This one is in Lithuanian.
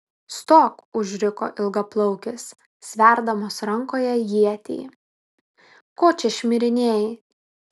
stok užriko ilgaplaukis sverdamas rankoje ietį ko čia šmirinėji